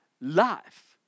life